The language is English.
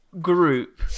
Group